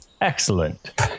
excellent